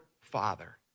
father